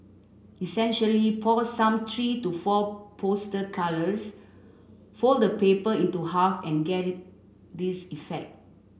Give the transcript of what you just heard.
essentially pour some three to four poster colours fold the paper into half and get this effect